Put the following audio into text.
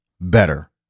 better